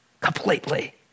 completely